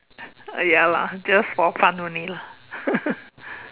ya lah just for fun only lah